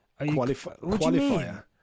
Qualifier